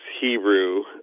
Hebrew